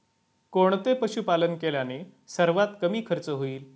कोणते पशुपालन केल्याने सर्वात कमी खर्च होईल?